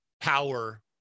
power